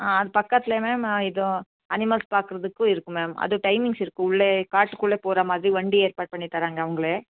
ஆ அது பக்கத்துலையுமே இதுவும் அனிமல்ஸ் பாக்குறதுக்கும் இருக்குது மேம் அதுக்கும் டைமிங்ஸ் இருக்குது உள்ளே காட்டுக்குள்ள போகிறமாதிரி வண்டி ஏற்பாடு பண்ணி தர்றாங்க அவங்களே